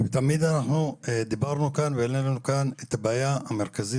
תמיד אנחנו דיברנו כאן והעלינו כאן את הבעיה המרכזית,